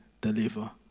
deliver